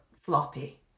floppy